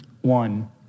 one